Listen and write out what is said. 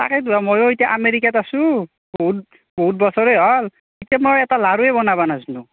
তাকেতো হাঁ ময়ো ইতা আমেৰিকাত আছোঁ বহুত বহুত বছৰে হ'ল ইতা মই এটা লাড়ুয়ে বনাবা নাজানু